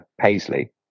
Paisley